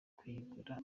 kuyigura